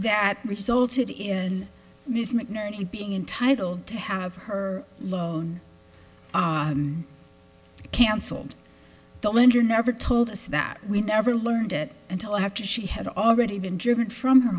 that resulted in ms mcnerney being intitled to have her loan canceled the lender never told us that we never learned it until after she had already been driven from her